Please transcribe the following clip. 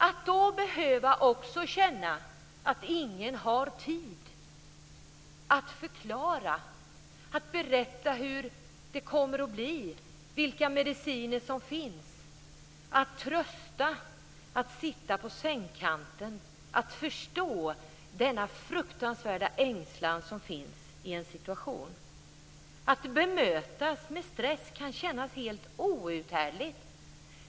Att då också behöva känna att ingen har tid att förklara, att berätta hur det kommer att bli och vilka mediciner som finns, att trösta, att sitta på sängkanten, att förstå den fruktansvärda ängslan som finns i ens situation och att man bemöts med stress kan kännas helt outhärdligt.